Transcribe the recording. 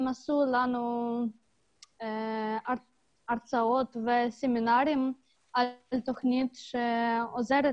הם נתנו לנו הרצאות וסמינרים על תוכנית שעוזרת